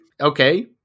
Okay